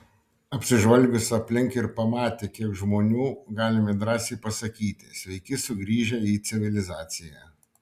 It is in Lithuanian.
apsižvalgius aplink ir pamatę kiek žmonių galime drąsiai pasakyti sveiki sugrįžę į civilizaciją